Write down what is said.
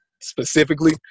specifically